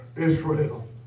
Israel